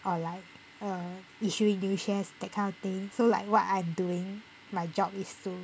or like err issuing new shares that kind of thing so like what I'm doing my job is to